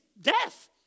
death